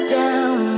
down